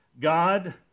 God